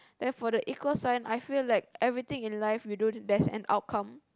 therefore the equal sign I feel like everything in life we do there's an outcome